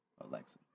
Alexa